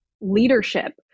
leadership